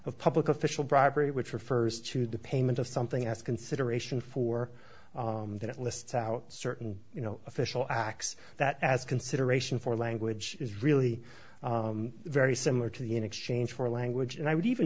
of public official bribery which refers to the payment of something as consideration for that it lists out certain you know official acts that as consideration for language is really very similar to the in exchange for a language and i would even